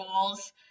goals